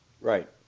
Right